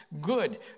Good